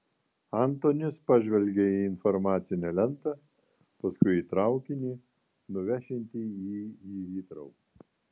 antonis pažvelgė į informacinę lentą paskui į traukinį nuvešiantį jį į hitrou